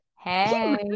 hey